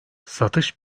satış